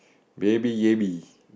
baby yabby